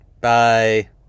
Bye